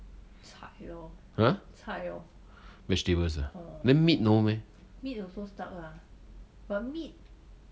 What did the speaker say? !huh! vegetables uh than meat no meh